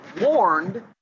warned